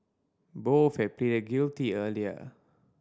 both had pleaded guilty earlier